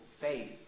faith